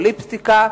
או "ליפסטיקה",